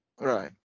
Right